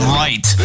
right